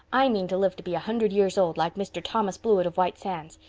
i mean to live to be a hundred years old, like mr. thomas blewett of white sands.